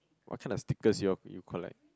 what kind of stickers you all you collect